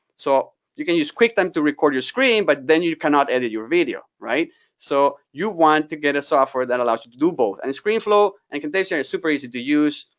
so you can use quicktime to record your screen, but then you cannot edit your video. so you want to get a software that allows you to do both, and screenflow and camtasia are super easy to use.